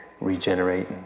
regenerate